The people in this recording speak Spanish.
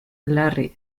larry